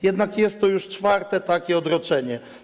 Jednak jest to już czwarte takie odroczenie.